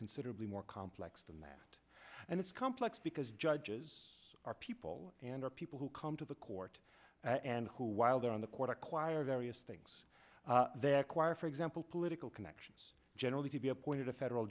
considerably more complex than that and it's complex because judges are people and are people who come to the court and who while they're on the court acquire various things they acquire for example political connections generally to be appointed a federal